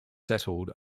settled